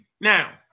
now